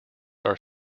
are